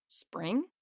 Spring